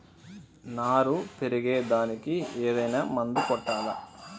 నారు పెరిగే దానికి ఏదైనా మందు కొట్టాలా?